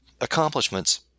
accomplishments